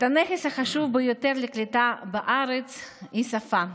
את הנכס החשוב ביותר לקליטה בארץ, השפה,